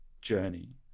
journey